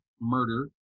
murder